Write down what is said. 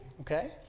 Okay